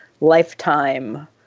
lifetime